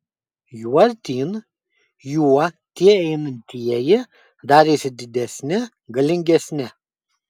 juo artyn juo tie einantieji darėsi didesni galingesni